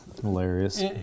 Hilarious